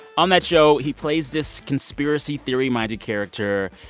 on that show, he plays this conspiracy-theory-minded character.